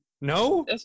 No